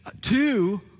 Two